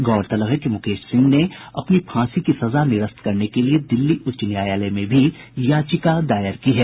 गौरतलब है कि मुकेश सिंह ने अपनी फांसी की सजा निरस्त करने के लिये दिल्ली उच्च न्यायालय में भी याचिका दायर की है